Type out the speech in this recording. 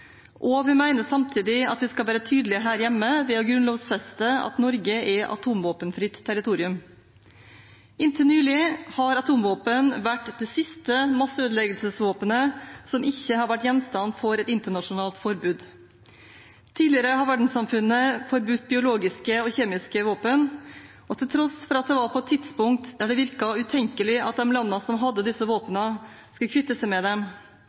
Og vi mener samtidig at vi skal være tydelige her hjemme ved å grunnlovfeste at Norge er et atomvåpenfritt territorium. Inntil nylig har atomvåpen vært det siste masseødeleggelsesvåpenet som ikke har vært gjenstand for et internasjonalt forbud. Tidligere har verdenssamfunnet forbudt biologiske og kjemiske våpen, til tross for at det var på et tidspunkt der det virket utenkelig at de landene som hadde disse våpnene, skulle kvitte seg med dem.